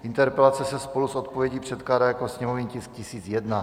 Interpelace se spolu s odpovědí předkládá jako sněmovní tisk 1001.